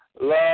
love